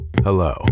Hello